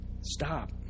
Stop